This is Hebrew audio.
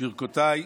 ברכותיי.